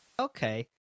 Okay